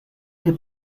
que